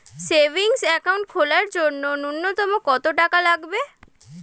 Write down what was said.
Savings account খোলার জন্য নূন্যতম কত টাকা লাগবে?